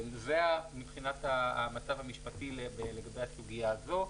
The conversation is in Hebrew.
זה מבחינת המצב המשפטי ולגבי הסוגיה הזו.